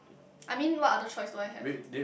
I mean what other choice do I have